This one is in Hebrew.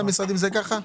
בכל המשרדים זה ככה?